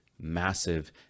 massive